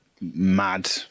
mad